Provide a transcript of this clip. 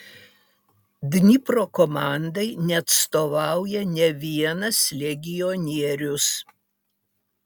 dnipro komandai neatstovauja nė vienas legionierius